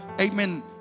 Amen